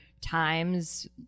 times